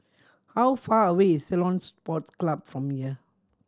how far away is Ceylon Sports Club from here